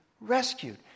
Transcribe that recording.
rescued